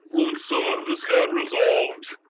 luke, so this got resolved